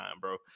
bro